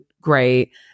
great